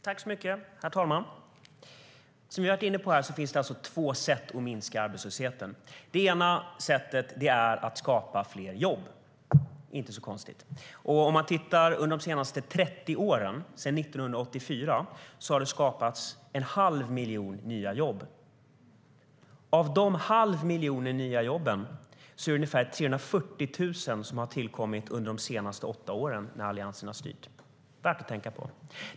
Herr talman! Som vi varit inne på finns det två sätt att minska arbetslösheten. Det ena sättet är att skapa fler jobb, alltså ingenting konstigt. Om vi tittar på de senaste 30 åren, sedan 1984, ser vi att en halv miljon nya jobb har skapats. Av den halva miljonen nya jobb har ungefär 340 000 tillkommit under de senaste åtta åren då Alliansen styrt. Det är värt att tänka på.